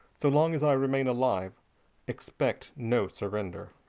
so long as i remain alive expect no surrender.